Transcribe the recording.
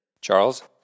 Charles